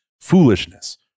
foolishness